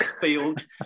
field